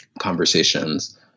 conversations